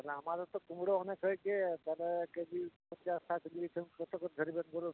এবার আমাদের তো কুমড়ো অনেক হয়েছে তাহলে এক কেজি হচ্ছে একটা যদি ডেলিভারি করুন